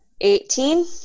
Eighteen